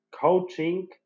coaching